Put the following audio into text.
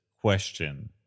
question